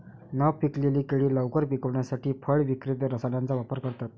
न पिकलेली केळी लवकर पिकवण्यासाठी फळ विक्रेते रसायनांचा वापर करतात